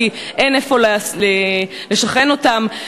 כיוון שאין איפה לשכן אותם,